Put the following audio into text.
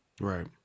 Right